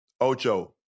Ocho